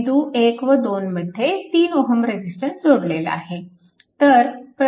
बिंदू 1 व 2 मध्ये 3Ω रेजिस्टन्स जोडलेला आहे